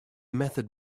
method